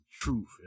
truth